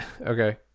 okay